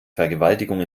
vergewaltigung